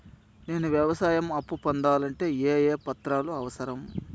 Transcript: నేను వ్యవసాయం అప్పు పొందాలంటే ఏ ఏ పత్రాలు అవసరం?